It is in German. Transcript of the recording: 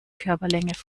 körperlänge